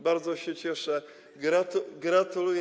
Bardzo się cieszę i gratuluję.